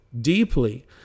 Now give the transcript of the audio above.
deeply